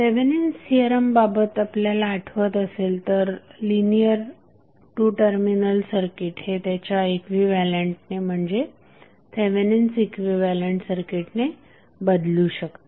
Thevenin's theorem बाबत आपल्याला आठवत असेल तर लिनियर टू टर्मिनल सर्किट हे त्याच्या इक्विव्हॅलंटने म्हणजे थेवेनिन्स इक्विव्हॅलंट सर्किटने बदलू शकते